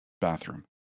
Bathroom